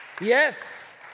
Yes